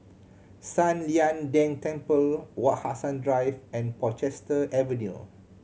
San Lian Deng Temple Wak Hassan Drive and Portchester Avenue